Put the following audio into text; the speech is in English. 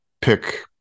pick